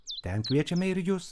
ten kviečiame ir jus